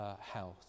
Health